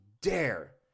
Dare